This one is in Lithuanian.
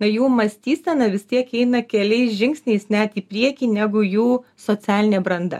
na jų mąstysena vis tiek eina keliais žingsniais net į priekį negu jų socialinė branda